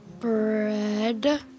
Bread